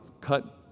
cut